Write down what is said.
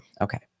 Okay